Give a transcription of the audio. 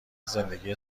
زندگی